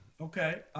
okay